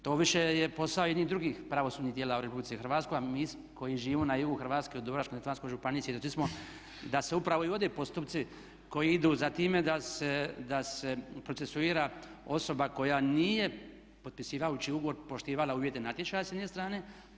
To više je posao jednih drugih pravosudnih tijela u RH, a mi koji živimo na jugu Hrvatske u Dubrovačko-neretvanskoj županiji svjedoci smo da se upravo i vode postupci koji idu za time da se procesuira osoba koja nije potpisivajući ugovor poštivala uvjete natječaja s jedne strane.